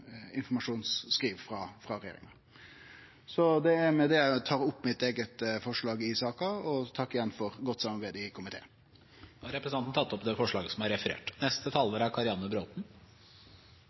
frå regjeringa. Med det tar eg opp mit eige forslag i saka, og eg takkar igjen for eit godt samarbeid i komiteen. Representanten Torgeir Knag Fylkesnes har tatt opp det forslaget